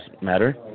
Matter